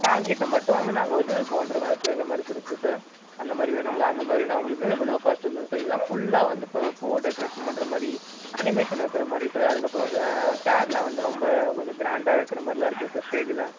சேர் கிட்டே மட்டும் வந்து நாங்கள் ஒரிஜினல் பண்ணுற மாதிரி வைக்குற மாதிரி சார் இருக்குது சார் அந்த மாதிரி வேணுங்களா அந்த மாதிரினா உங்களுக்கு லோ காஸ்ட் வந்துடும் சார் இல்லைனா ஃபுல்லாக வந்து இப்போ பூ டெக்ரேஷன் பண்ணுற மாதிரி அனிமேஷன் வைக்கற மாதிரி சார் அதுக்கப்புறம் சேரெலாம் வந்து ரொம்ப கொஞ்சம் கிராண்டாக வைக்கற மாதிரிலாம் இருக்குது சார் ஸ்டேஜில்